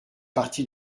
partie